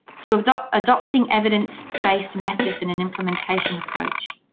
to and adopting evidence-based methods in an implementation approach,